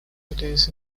cities